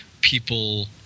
people –